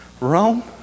Rome